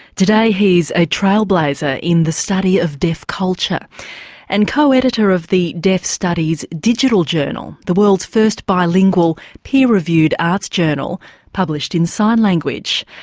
today he's a trailblazer in the study of deaf culture and co-editor of the deaf studies digital journal, the world's first bilingual, peer reviewed arts journal published in sign language.